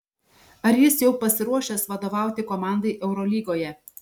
ar jis jau pasiruošęs vadovauti komandai eurolygoje